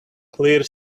clear